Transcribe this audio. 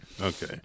Okay